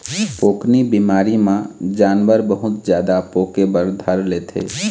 पोकनी बिमारी म जानवर बहुत जादा पोके बर धर लेथे